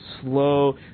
slow